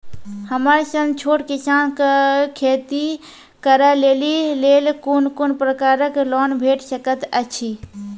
हमर सन छोट किसान कअ खेती करै लेली लेल कून कून प्रकारक लोन भेट सकैत अछि?